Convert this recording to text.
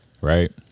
right